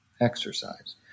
Exercise